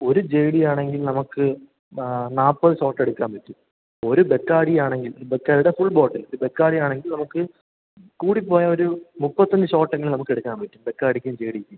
ഒരു ജേ ഡിയാണെങ്കിൽ നമുക്ക് നാൽപ്പത് ഷോട്ടെടുക്കാൻ പറ്റും ഒരു ബെക്കാഡിയാണെങ്കിൽ ബെക്കാഡീടെ ഫുൾ ബോട്ടിൽ ഒരു ബക്കാർഡിയാണെങ്കിൽ നമുക്ക് കൂടിപ്പോയാൽ ഒരു മുപ്പത്തൊന്ന് ഷോട്ടെങ്കിലും നമക്കെടുക്കാൻ പറ്റും ബെക്കാഡിക്കും ജേ ഡിക്കും